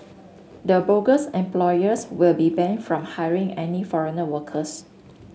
the bogus employers will be banned from hiring any foreigner workers